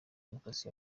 demokarasi